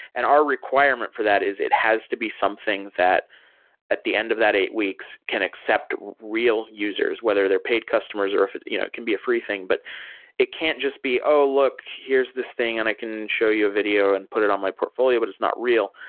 and our requirement for that is it has to be something that at the end of that eight weeks can accept real users, whether they're paid customers or you know it can be a free thing. but it can't just be, oh, look! here's this thing, and i can show you a video and put it on my portfolio, but it's not real.